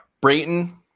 brayton